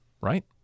right